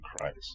Christ